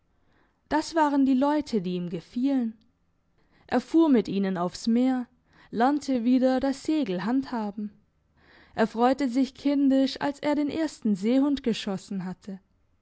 das waren die leute die ihm gefielen er fuhr mit ihnen aufs meer lernte wieder das segel handhaben er freute sich kindisch als er den ersten seehund geschossen hatte